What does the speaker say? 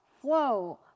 whoa